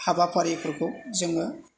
हाबाफारिफोरखौ जोङो